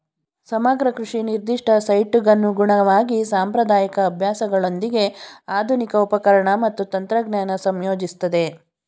ಸಮಗ್ರ ಕೃಷಿ ನಿರ್ದಿಷ್ಟ ಸೈಟ್ಗನುಗುಣವಾಗಿ ಸಾಂಪ್ರದಾಯಿಕ ಅಭ್ಯಾಸಗಳೊಂದಿಗೆ ಆಧುನಿಕ ಉಪಕರಣ ಮತ್ತು ತಂತ್ರಜ್ಞಾನ ಸಂಯೋಜಿಸ್ತದೆ